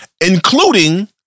including